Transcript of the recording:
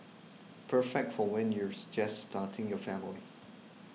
perfect for when you're just starting your family